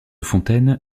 fontaine